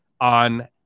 on